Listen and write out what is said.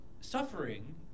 Suffering